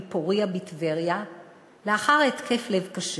"פורייה" בטבריה לאחר התקף לב קשה.